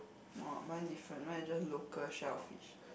!wah! mine different mine is just local shellfish